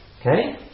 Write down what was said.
Okay